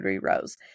rose